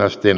joo